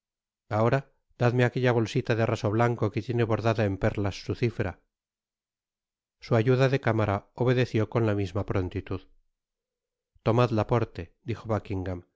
ahora dame aquella bolsita de raso blanco que tiene bordada en perlas su cifra su ayuda de cámara obedeció con la misma prontitud tomad laporte dijo